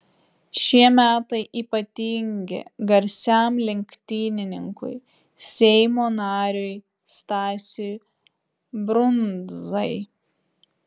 šie metai ypatingi garsiam lenktynininkui seimo nariui stasiui brundzai